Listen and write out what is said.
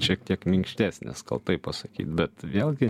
šiek tiek minkštesnės gal taip pasakyt bet vėlgi